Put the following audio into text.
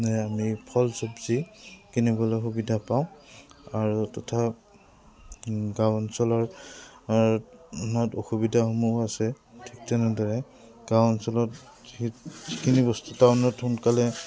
আমি ফল চবজি কিনিবলৈ সুবিধা পাওঁ আৰু তথা গাঁও অঞ্চলৰ অসুবিধাসমূহ আছে ঠিক তেনেদৰে গাঁও অঞ্চলত যিখিনি বস্তু টাউনত সোনকালে